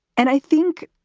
and i think.